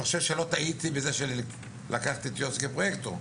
אני חושב שלא טעיתי בכך שלקחתי את יוסף לפרויקטור,